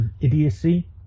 idiocy